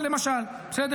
למשל.